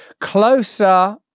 closer